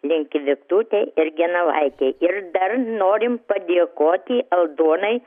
linki viktutė ir genovaitė ir dar norim padėkoti aldonai